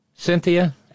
Cynthia